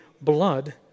blood